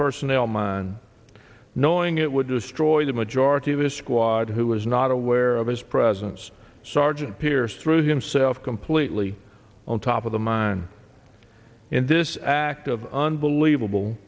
personnel mine knowing it would destroy the majority of his squad who was not aware of his presence sergeant pierce threw himself completely on top of the mine in this act of unbelievable